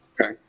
okay